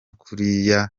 kuriya